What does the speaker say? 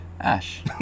Ash